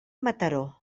mataró